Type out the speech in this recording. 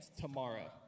tomorrow